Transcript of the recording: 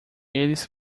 eles